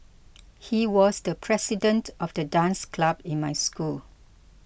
he was the president of the dance club in my school